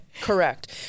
correct